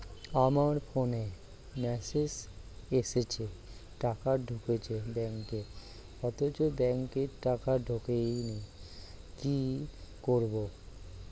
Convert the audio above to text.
আমার ফোনে মেসেজ এসেছে টাকা ঢুকেছে ব্যাঙ্কে অথচ ব্যাংকে টাকা ঢোকেনি কি করবো?